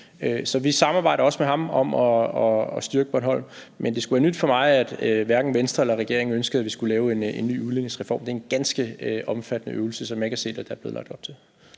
Så vi samarbejder også med ham om at styrke Bornholm, men det er nyt for mig, at Venstre eller regeringen ønsker at lave en ny udligningsreform. Det er en ganske omfattende øvelse, som jeg ikke har set at der er blevet lagt op til.